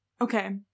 okay